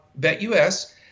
BetUS